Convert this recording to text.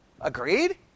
Agreed